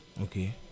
okay